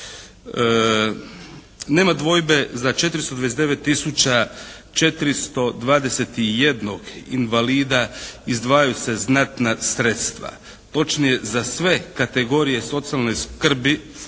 Nema dvojbe za 429 tisuća 421 invalida izdvajaju se znatna sredstva. Točnije za sve kategorije socijalne skrbi,